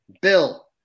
Bill